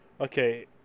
Okay